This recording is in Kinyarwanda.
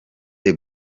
the